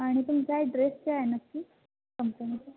आणि तुमचा ॲड्रेस काय आहे नक्की कंपनीचा